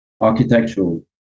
architectural